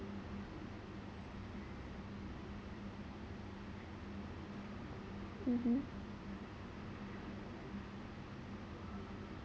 mmhmm